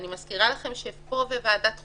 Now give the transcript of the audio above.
אני מזכירה לכם שפה, בוועדת החוקה,